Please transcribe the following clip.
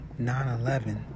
9-11